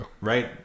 right